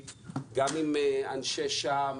גם עם המדענית הראשית וגם עם אנשי שע"מ.